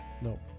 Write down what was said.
No